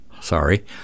sorry